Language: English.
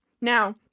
Now